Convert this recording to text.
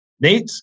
Nate